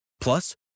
Plus